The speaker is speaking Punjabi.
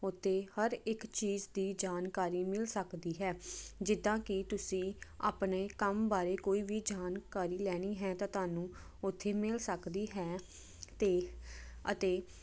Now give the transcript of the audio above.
ਉੱਥੇ ਹਰ ਇੱਕ ਚੀਜ਼ ਦੀ ਜਾਣਕਾਰੀ ਮਿਲ ਸਕਦੀ ਹੈ ਜਿੱਦਾਂ ਕਿ ਤੁਸੀਂ ਆਪਣੇ ਕੰਮ ਬਾਰੇ ਕੋਈ ਵੀ ਜਾਣਕਾਰੀ ਲੈਣੀ ਹੈ ਤਾਂ ਤੁਹਾਨੂੰ ਉੱਥੇ ਮਿਲ ਸਕਦੀ ਹੈ ਤੇ ਅਤੇ